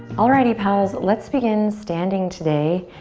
alrighty pals, let's begin standing today.